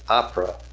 opera